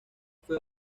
fue